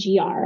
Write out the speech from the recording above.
GR